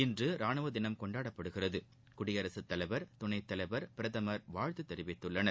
இன்று ரானுவம் தினம் கொண்டாடப்படுகிறது குடியரசுத்தலைவர் துணைத் தலைவர் பிரதமர் வாழ்த்து தெரிவித்துள்ளார்கள்